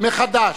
מחדש.